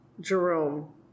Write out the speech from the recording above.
Jerome